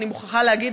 אני מוכרחה להגיד,